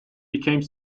became